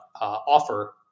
offer